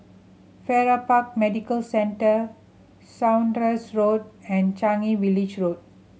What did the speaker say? Farrer Park Medical Centre Saunders Road and Changi Village Road